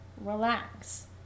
relax